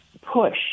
push